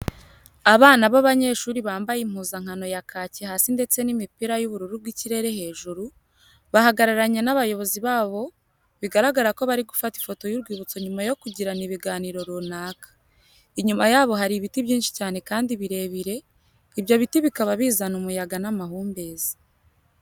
Abana b'abanyeshuri bambaye impuzankano ya kaki hasi ndetse n'imipira y'ubururu bw'ikirere hejuru, bahagararanye n'abayobozi babo, bigaragara ko bari gufata ifoto y'urwibutso nyuma yo kugirana ibiganiro runaka. Inyuma yabo hari ibiti byinshi cyane kandi birebire, ibyo biti bikaba bizana umuyaga n'amahumbezi.